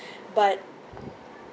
but